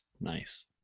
nice